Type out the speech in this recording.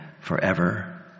forever